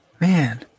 man